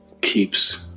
keeps